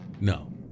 no